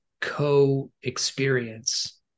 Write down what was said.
co-experience